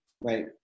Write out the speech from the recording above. right